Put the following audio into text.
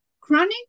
chronic